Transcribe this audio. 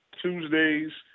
Tuesdays